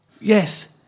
yes